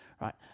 right